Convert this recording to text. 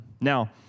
Now